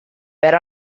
per